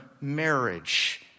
marriage